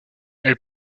elle